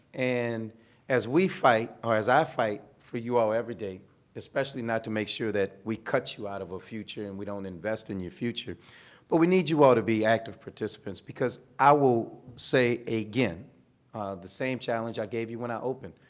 and as we fight or as i fight for you all everyday especially not to make sure that we cut you out of a future and we don't invest in your future but we need you all to be active participants because i will say again, the same challenge i gave you when i opened,